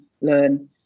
learn